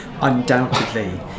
undoubtedly